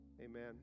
amen